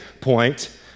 point